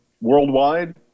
worldwide